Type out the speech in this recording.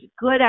good